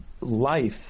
life